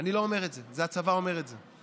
לא אני אומר את זה, זה הצבא אומר את זה.